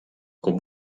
com